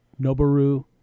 Noboru